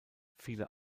viele